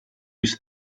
use